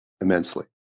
immensely